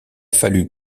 fallu